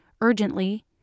urgently